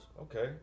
okay